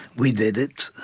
we did it,